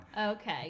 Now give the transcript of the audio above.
Okay